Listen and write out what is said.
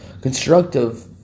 Constructive